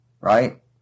right